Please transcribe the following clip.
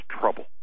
trouble